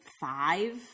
five